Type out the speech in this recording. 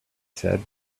said